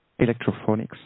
electrophonics